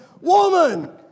Woman